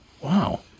Wow